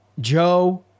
Joe